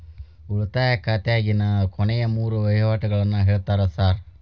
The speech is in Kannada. ಉಳಿತಾಯ ಖಾತ್ಯಾಗಿನ ಕೊನೆಯ ಮೂರು ವಹಿವಾಟುಗಳನ್ನ ಹೇಳ್ತೇರ ಸಾರ್?